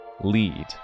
lead